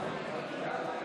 הכנסת רז,